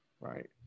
Right